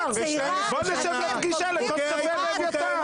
בוא נשב לפגישה עם כוס קפה באביתר